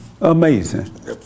amazing